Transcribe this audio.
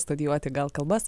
studijuoti gal kalbas